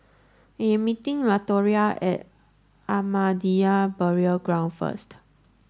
I am meeting Latoria at Ahmadiyya Burial Ground first